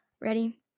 Ready